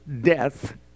death